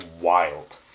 wild